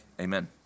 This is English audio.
Amen